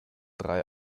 drei